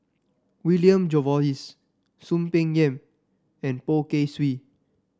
William Jervois Soon Peng Yam and Poh Kay Swee